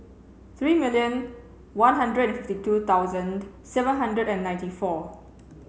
three million one hundred fifty two thousand seven hundred and ninety four